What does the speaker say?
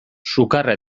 sukarra